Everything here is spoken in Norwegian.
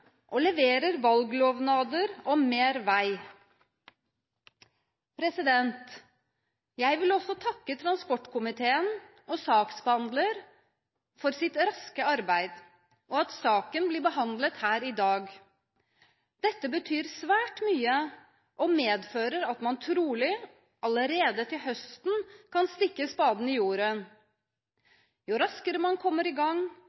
og leverer valglovnader om mer vei. Jeg vil også takke transportkomiteen og saksordfører for deres raske arbeid, og for at saken blir behandlet her i dag. Dette betyr svært mye og medfører at man trolig allerede til høsten kan stikke spaden i jorden. Jo raskere man kommer i gang